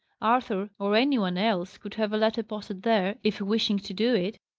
arthur, or any one else, could have a letter posted there, if wishing to do it.